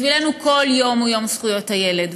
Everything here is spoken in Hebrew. כל יום הוא יום זכויות הילד,